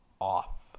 off